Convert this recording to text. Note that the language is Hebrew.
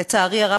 לצערי הרב,